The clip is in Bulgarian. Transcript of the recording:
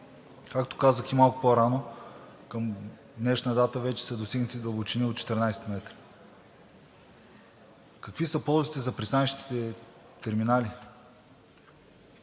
Както казах и малко по-рано, към днешна дата вече са достигнати дълбочини от 14 метра. Какви са ползите за пристанищните терминали?